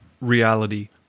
reality